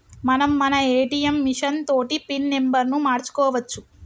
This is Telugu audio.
మనం మన ఏటీఎం మిషన్ తోటి పిన్ నెంబర్ను మార్చుకోవచ్చు